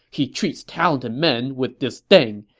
he treats talented men with disdain.